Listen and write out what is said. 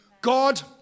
God